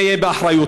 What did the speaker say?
זה יהיה באחריותם.